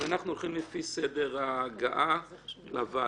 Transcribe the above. אז אנחנו הולכים לפי סדר הגעה לוועדה.